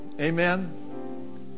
Amen